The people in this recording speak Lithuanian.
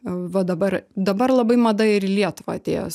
va dabar dabar labai mada ir į lietuvą atėjo